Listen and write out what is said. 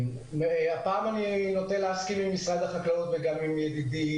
אני נוטה להסכים עם משרד החקלאות וגם עם ידידי,